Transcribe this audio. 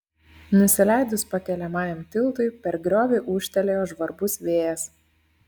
nusileidus pakeliamajam tiltui per griovį ūžtelėjo žvarbus vėjas